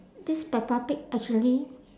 this peppa pig actually